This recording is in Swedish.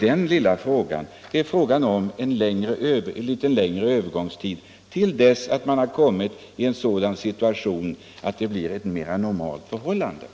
Min fråga gäller att få en längre övergångstid till dess man har fått normala förhållanden.